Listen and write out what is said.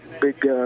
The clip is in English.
big